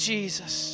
Jesus